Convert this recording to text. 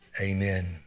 Amen